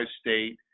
State